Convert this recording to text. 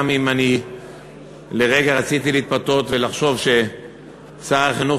גם אם אני לרגע רציתי להתפתות ולחשוב ששר החינוך